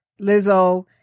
Lizzo